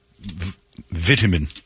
vitamin